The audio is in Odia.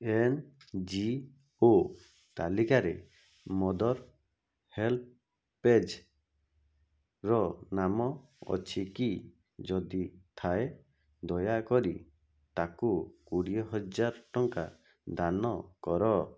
ଏନ ଜି ଓ ତାଲିକାରେ ମଦର ହେଲ୍ପେଜ୍ର ନାମ ଅଛିକି ଯଦି ଥାଏ ଦୟାକରି ତାକୁ କୋଡ଼ିଏ ହଜାର ଟଙ୍କା ଦାନ କର